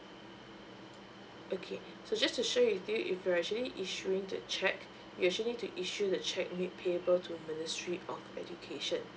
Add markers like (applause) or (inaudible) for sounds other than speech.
okay (breath) so just to share with you if you're actually issuing the check (breath) you actually need to issue the check made payable to the ministry of education